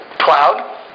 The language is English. Cloud